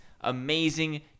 amazing